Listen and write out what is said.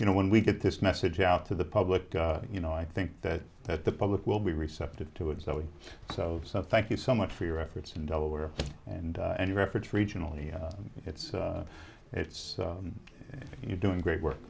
you know when we get this message out to the public you know i think that that the public will be receptive to it so we thank you so much for your efforts in delaware and any reference regionally it's it's you're doing great work